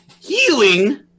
healing